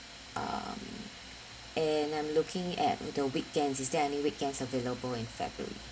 um and I'm looking at the weekends is there any weekends available in february